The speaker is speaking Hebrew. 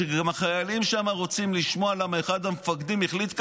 וגם החיילים שם רוצים לשמוע למה אחד המפקדים החליט ככה.